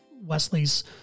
Wesley's